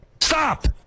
Stop